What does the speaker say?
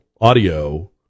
audio